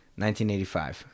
1985